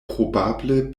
probable